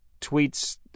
tweets